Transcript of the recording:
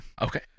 okay